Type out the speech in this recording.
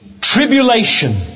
tribulation